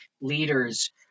leaders